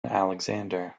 alexander